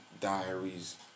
diaries